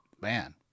Man